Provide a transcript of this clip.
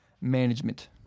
management